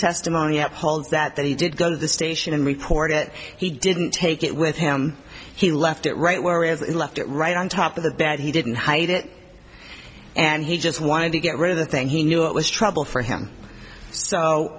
testimony upholds that that he did go to the station and report it he didn't take it with him he left it right we left it right on top of the bat he didn't hide it and he just wanted to get rid of the thing he knew it was trouble for him so